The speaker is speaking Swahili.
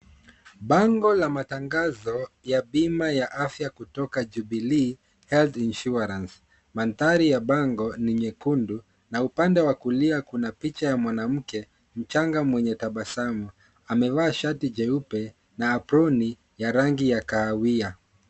Bango la matangazo ya bima ya afya kutoka Jubilee Health Insurance. Mandhari ya bango ni nyekundu na upande wa kulia kuna picha ya mwanamke mchanga mwenye tabasamu. Amevaa shati jeupe na aproni ya rangi ya kahawia.